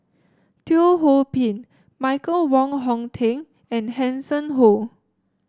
Teo Ho Pin Michael Wong Hong Teng and Hanson Ho